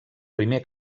primer